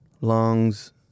lungs